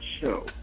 show